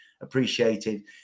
appreciated